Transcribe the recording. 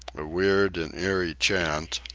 a weird and eerie chant,